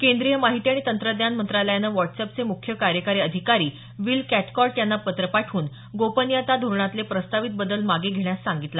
केंद्रीय माहिती आणि तंत्रज्ञान मंत्रालयानं व्हॉट्सअॅपचे मुख्य कार्यकारी अधिकारी विल कॅथकॉर्ट यांना पत्र पाठवून गोपनीयता धोरणातले प्रस्तावित बदल मागे घेण्यास सांगितलं